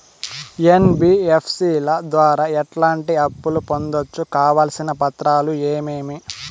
NBFC ల ద్వారా ఎట్లాంటి అప్పులు పొందొచ్చు? కావాల్సిన పత్రాలు ఏమేమి?